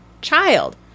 child